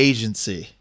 Agency